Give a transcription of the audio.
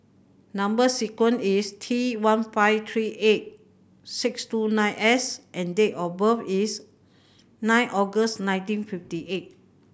number sequence is T one five three eight six two nine S and date of birth is nine August nineteen fifty eight